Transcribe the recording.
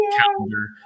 calendar